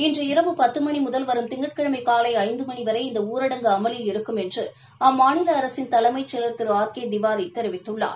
இன்று இரவு பத்து மணி முதல் வரும் திங்கட்கிழமை காலை ஐந்து மணி வரை இந்த ஊரடங்கு அமலில் இருக்கும் அம்மாநில அரசின் தலைமைச் செயலா் திரு ஆர் கே திவாரி தெரிவித்துள்ளார்